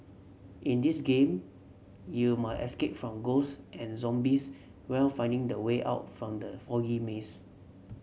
in this game you must escape from ghosts and zombies while finding the way out from the foggy maze